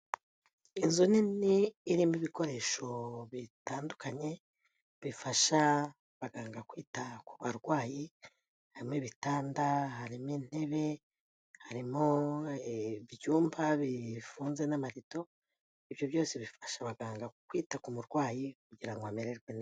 Inzu nini irimo ibikoresho bitandukanye bifasha abaganga kwita ku barwayi, harimo ibitanda, harimo intebe, harimo ibyumba bifunze n'amarido. Ibyo byose bifasha abaganga kwita ku murwayi kugira ngo amererwe neza.